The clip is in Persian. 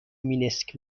مینسک